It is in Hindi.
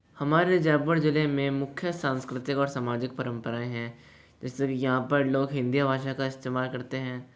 हमारे जयपुर ज़िले में मुख्य सांस्कृतिक और सामाजिक परम्पराएं हैं जिस तरह कि यहाँ पर लोग हिंदी भाषा का इस्तेमाल करते हैं